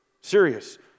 Serious